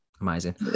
amazing